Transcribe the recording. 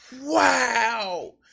wow